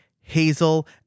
Hazel